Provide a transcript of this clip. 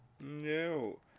No